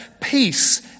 peace